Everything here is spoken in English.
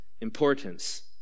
importance